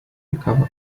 ficava